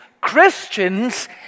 Christians